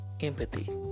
empathy